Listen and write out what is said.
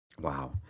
Wow